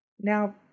Now